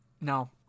No